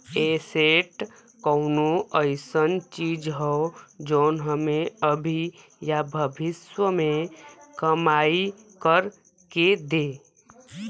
asset कउनो अइसन चीज हौ जौन हमें अभी या भविष्य में कमाई कर के दे